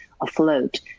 afloat